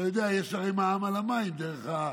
אתה יודע, יש הרי מע"מ על המים דרך,